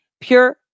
pure